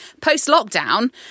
post-lockdown